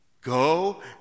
go